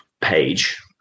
page